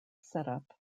setup